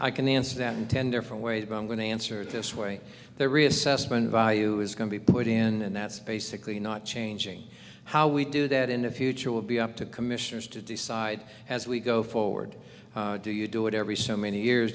i can answer that in ten different ways but i'm going to answer it this way the reassessment value is going to be put in and that's basically not changing how we do that in the future will be up to commissioners to decide as we go forward do you do it every so many years